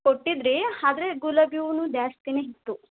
ಕೊಟ್ಟಿದ್ದಿರಿ ಆದ್ರೆ ಗುಲಾಬಿ ಹೂನು ಜಾಸ್ತಿಯೇ ಇತ್ತು